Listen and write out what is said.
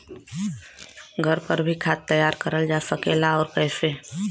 घर पर भी खाद तैयार करल जा सकेला और कैसे?